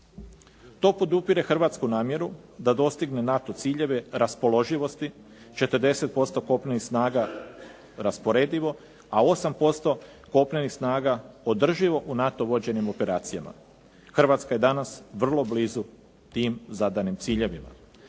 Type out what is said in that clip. To podupire hrvatsku namjeru da dostigne NATO ciljeve raspoloživosti, 40% kopnenih snaga rasporedivo, a 8% kopnenih snaga podrživo u NATO vođenim operacijama. Hrvatska je danas vrlo blizu tim zadanim ciljevima.